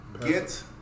get